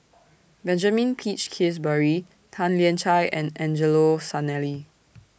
Benjamin Peach Keasberry Tan Lian Chye and Angelo Sanelli